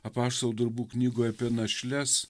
apaštalų darbų knygoj apie našles